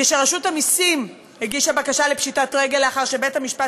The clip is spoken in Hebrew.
כשרשות המסים הגישה בקשה לפשיטת רגל לאחר שבית-המשפט